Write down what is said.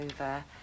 over